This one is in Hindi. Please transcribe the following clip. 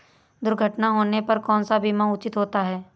दुर्घटना होने पर कौन सा बीमा उचित होता है?